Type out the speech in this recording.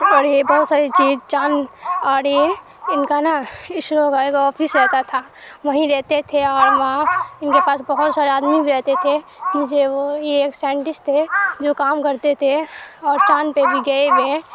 اور یہ بہت ساری چیز چاند اور یہ ان کا نا اسرو کا ایک آفس رہتا تھا وہیں رہتے تھے اور وہاں ان کے پاس بہت سارے آدمی بھی رہتے تھے جسے وہ یہ ایک سائنٹسٹ تھے جو کام کرتے تھے اور چاند پہ بھی گئے ہوئے